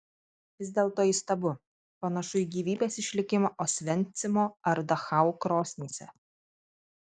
vis dėlto įstabu panašu į gyvybės išlikimą osvencimo ar dachau krosnyse